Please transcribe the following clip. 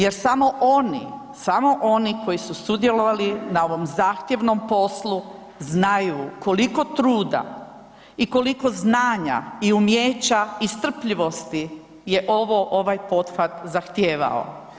Jer samo oni, samo oni koji su sudjelovali na ovom zahtjevnom poslu znaju koliko truda i koliko znanja i umijeća i strpljivosti je ovaj pothvat zahtijevao.